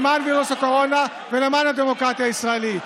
בווירוס הקורונה ולמען הדמוקרטיה הישראלית.